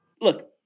Look